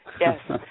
Yes